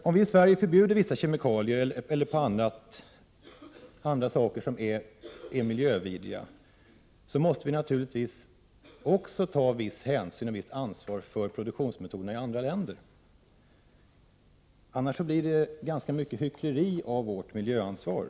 Om vi i Sverige förbjuder vissa kemikalier eller andra ämnen som är miljövidriga så måste vi naturligtvis också ta viss hänsyn till och visst ansvar för produktionsmetoderna i andra länder, annars blir det ganska mycket hyckleri av vårt miljöansvar.